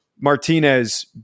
Martinez